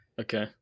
Okay